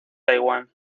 taiwán